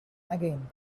again